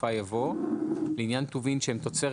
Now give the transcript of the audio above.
בסופה יבוא "לעניין טובין שהם תוצרת